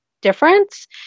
difference